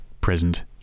present